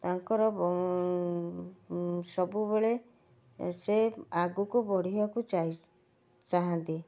ତାଙ୍କର ସବୁବେଳେ ସେ ଆଗକୁ ବଢ଼ିବାକୁ ଚାହିସ୍ ଚାହାଁନ୍ତି